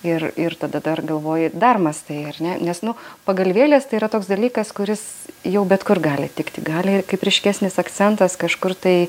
ir ir tada dar galvoji dar mąstai ar ne nes nu pagalvėlės tai yra toks dalykas kuris jau bet kur gali tikti gali kaip ryškesnis akcentas kažkur tai